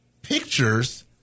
pictures